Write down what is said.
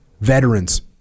veterans